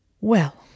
Well